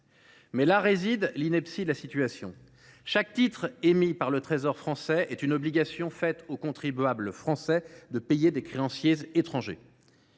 Mais là réside l’ineptie de la situation : chaque titre émis par le Trésor est une obligation faite aux contribuables français de payer des créanciers étrangers,